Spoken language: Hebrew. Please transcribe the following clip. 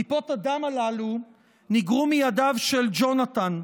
טיפות הדם הללו ניגרו מידיו של ג'ונתן,